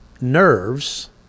nerves